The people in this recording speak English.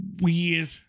weird